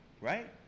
right